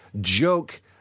Joke